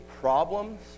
problems